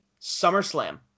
SummerSlam